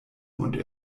und